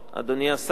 אדוני השר,